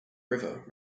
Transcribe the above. river